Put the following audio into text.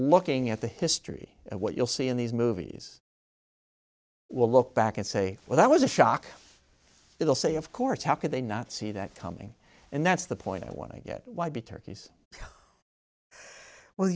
looking at the history of what you'll see in these movies will look back and say well that was a shock it'll say of course how could they not see that coming and that's the point i want to get why be turkeys well